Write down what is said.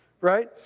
right